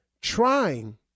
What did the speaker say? trying